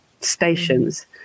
stations